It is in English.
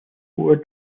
four